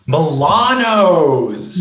Milano's